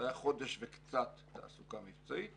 חודש וקצת תעסוקה מבצעית